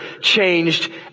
changed